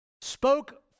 spoke